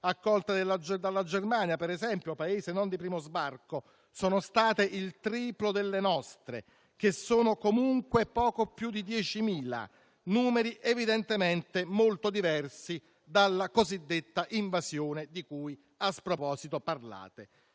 esempio, dalla Germania, Paese non di primo sbarco, sono state il triplo delle nostre, che sono comunque poco più di 10.000, numeri evidentemente molto diversi dalla cosiddetta invasione di cui a sproposito parlate.